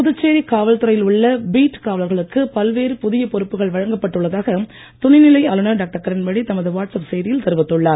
புதுச்சேரி காவல்துறையில் உள்ள பீட் காவலர்களுக்கு பல்வேறு புதிய பொறுப்புகள் வழங்கப்பட்டு உள்ளதாக துணைநிலை ஆளுநர் டாக்டர் கிரண்பேடி தமது வாட்ஸ் அப் செய்தியில் தெரிவித்துள்ளார்